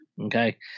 Okay